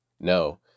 No